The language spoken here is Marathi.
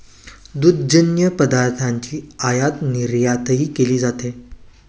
दुग्धजन्य पदार्थांची आयातनिर्यातही केली जाते